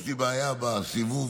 יש לי בעיה בסיבוב,